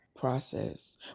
process